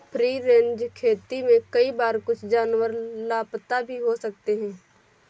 free range खेती में कई बार कुछ जानवर लापता भी हो सकते हैं